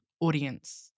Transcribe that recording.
audience